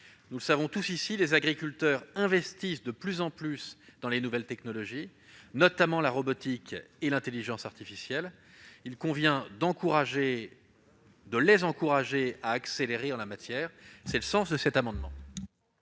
Nous le savons tous, les agriculteurs investissent de plus en plus dans les nouvelles technologies, notamment la robotique et l'intelligence artificielle. Il convient de les encourager à accélérer en la matière. La parole est à M.